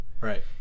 Right